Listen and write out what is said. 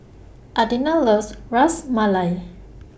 Adina loves Ras Malai